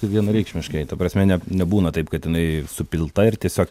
tai vienareikšmiškai ta prasme ne nebūna taip kad jinai supilta ir tiesiog